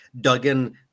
Duggan